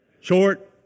short